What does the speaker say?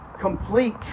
Complete